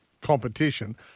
competition